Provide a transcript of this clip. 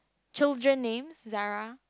children names Zara